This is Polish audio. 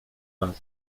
lat